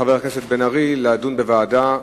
חבר הכנסת בן-ארי הציע לדון בוועדה.